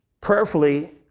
Prayerfully